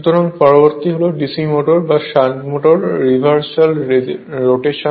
সুতরাং পরবর্তী হল DC মোটর বা শান্ট মোটরের রিভার্সাল রোটেশন